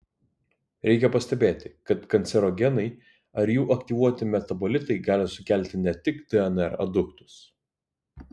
reikia pastebėti kad kancerogenai ar jų aktyvuoti metabolitai gali sukelti ne tik dnr aduktus